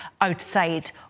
outside